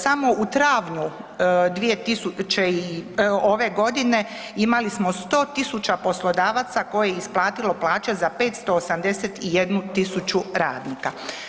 Samo u travnju ove godine imali smo 100.000 poslodavaca koji je isplatilo plaće za 581.000 radnika.